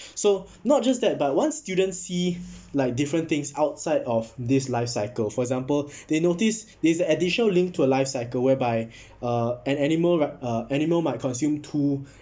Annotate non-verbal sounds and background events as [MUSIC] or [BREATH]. [BREATH] so not just that but once students see like different things outside of this life cycle for example [BREATH] they notice this additional link to a life cycle whereby uh an animal mi~ uh animal might consume two